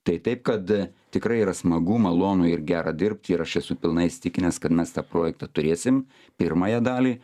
tai taip kad tikrai yra smagu malonu ir gera dirbt ir aš esu pilnai įsitikinęs kad mes tą projektą turėsim pirmąją dalį